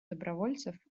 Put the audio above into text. добровольцев